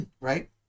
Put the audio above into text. right